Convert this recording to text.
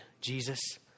Jesus